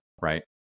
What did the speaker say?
right